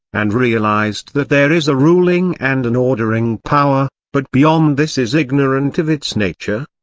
and realised that there is a ruling and an ordering power, but beyond this is ignorant of its nature?